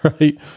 Right